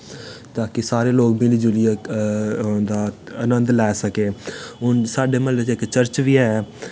ताकि सारे लोग मिली जुलियै ओह्दा आनंद लै सकें हुन साढ़े म्ह्ल्ले च इक चर्च बी ऐ